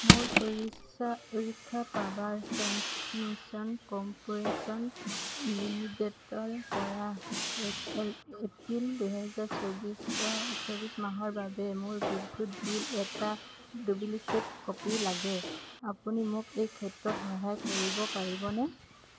মোক Orissa Orissa power transmission corporation লিমিটেডৰ পৰা এল এপ্ৰিল দুই হেজাৰ চৌব্বিছৰ চৌব্বিছ মাহৰ বাবে মোৰ বিদ্যুৎ বিল এটা ডুপ্লিকেট কপি লাগে আপুনি মোক এই ক্ষেত্ৰত সহায় কৰিব পাৰিবনে